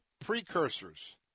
precursors